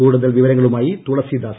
കൂടുതൽ വിവരങ്ങളുമായി തുളസീദാസ്